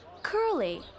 Curly